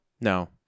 No